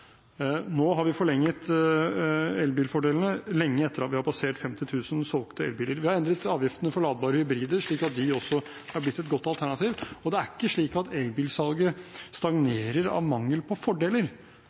Nå har vi forlenget elbilfordelene lenge etter at vi har passert 50 000 solgte elbiler, vi har endret avgiften for ladbare hybridbiler, slik at de også er blitt et godt alternativ. Og det er ikke slik at elbilsalget